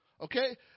okay